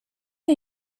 are